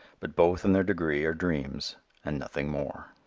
but both in their degree are dreams and nothing more.